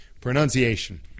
pronunciation